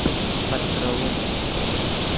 பின்பற்றவும்